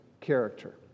character